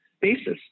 basis